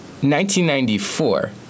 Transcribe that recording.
1994